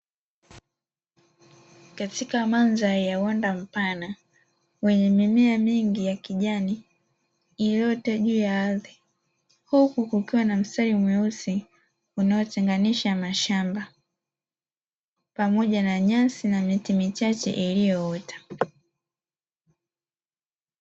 Katika mandhari ya uwanda mpana wenye mimea mingi ya kijani iliyoota juu ya ardhi, huku kukiwa na mistari mweusi unaotenganisha mashamba pamoja na nyasi na miti michache iliyoota.